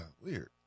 Weird